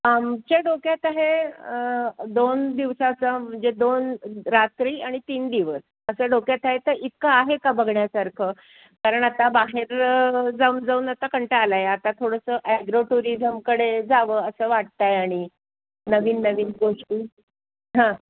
आमच्या डोक्यात आहे दोन दिवसाचं म्हणजे दोन रात्री आणि तीन दिवस असं डोक्यात आहे तर इतकं आहे का बघण्यासारखं कारण आता बाहेर जाऊन जाऊन आता कंटाळा आला आहे आता थोडंसं ॲग्रो टुरिजमकडे जावं असं वाटत आहे आणि नवीन नवीन गोष्टी हां